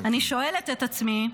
אני שואלת את עצמי: